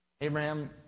Abraham